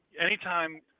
anytime